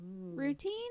routine